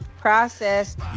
processed